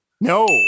No